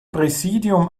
präsidium